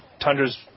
Tundra's